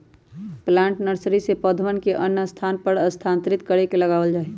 plant nursery से पौधवन के अन्य स्थान पर स्थानांतरित करके लगावल जाहई